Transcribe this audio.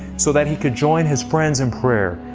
so that he could join his friends in prayer,